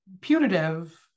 punitive